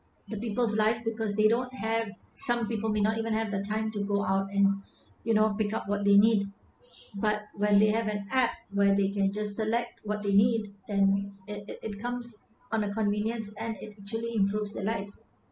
the people's life because they don't have some people may not even have the time to go out and you know pick up what they need but when they have an app where they can just select what they need then it it comes on a convenience and it actually improves the lives